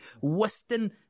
Western